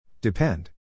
Depend